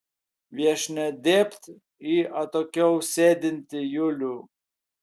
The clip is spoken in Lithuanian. viešnia dėbt į atokiau sėdintį julių